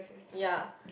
ya